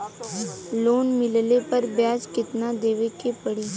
Loan मिलले पर ब्याज कितनादेवे के पड़ी?